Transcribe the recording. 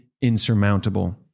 insurmountable